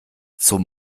zum